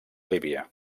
líbia